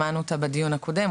שמענו אותה גם בדיון הקודם.